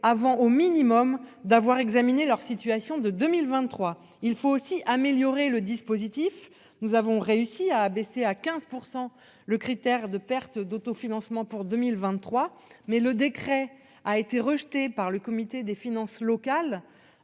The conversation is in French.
avant au minimum d'avoir examiné leur situation de 2023. Il faut aussi améliorer le dispositif, nous avons réussi à abaisser à 15% le critère de perte d'autofinancement pour 2023 mais le décret a été rejeté par le comité des finances locales.